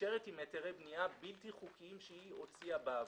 שנשארת עם היתרי בנייה בלתי חוקיים שהיא הוציאה בעבר.